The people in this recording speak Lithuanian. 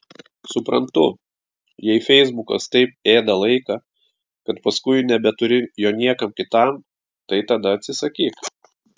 suprantu jei feisbukas taip ėda laiką kad paskui nebeturi jo niekam kitam tai tada atsisakyk